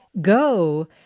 go